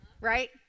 right